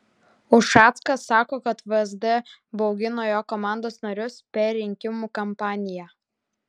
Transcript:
ušackas sako kad vsd baugino jo komandos narius per rinkimų kampaniją